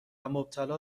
مبتلا